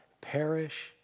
perish